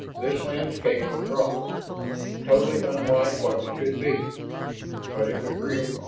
this landscape was wrong totally unlike what it should be but it was real.